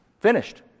Finished